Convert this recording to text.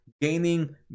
gaining